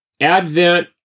Advent